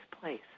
place